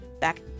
back